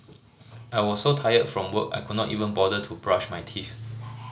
I was so tired from work I could not even bother to brush my teeth